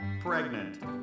Pregnant